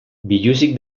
biluzik